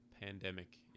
pandemic